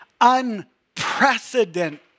Unprecedented